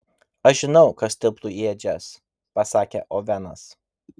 aš žinau kas tilptu į ėdžias pasakė ovenas